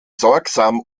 sorgsam